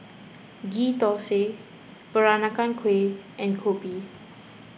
Ghee Thosai Peranakan Kueh and Kopi